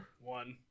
One